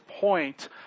point